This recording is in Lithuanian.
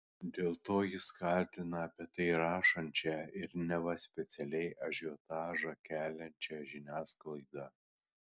dėl to jis kaltina apie tai rašančią ir neva specialiai ažiotažą keliančią žiniasklaidą